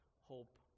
hope